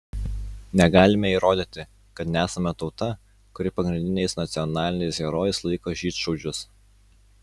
negalime įrodyti kad nesame tauta kuri pagrindiniais nacionaliniais herojais laiko žydšaudžius